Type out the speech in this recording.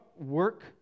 work